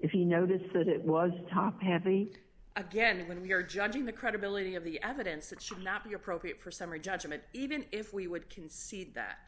if you notice that it was top athlete again when we are judging the credibility of the evidence it should not be appropriate for summary judgment even if we would concede that